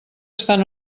estan